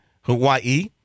Hawaii